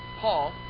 Paul